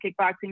kickboxing